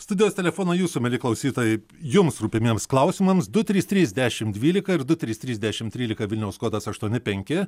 studijos telefonai jūsų mieli klausytojai jums rūpimiems klausimams du trys trys dešim dvylika ir du trys trys dešimt trylika vilniaus kodas aštuoni penki